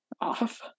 off